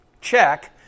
check